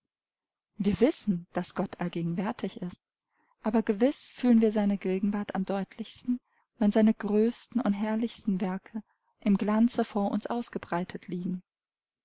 wir wissen daß gott allgegenwärtig ist aber gewiß fühlen wir seine gegenwart am deutlichsten wenn seine größten und herrlichsten werke im glanze vor uns ausgebreitet liegen